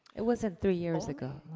it wasn't three years ago.